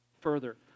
further